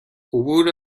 عبور